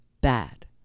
bad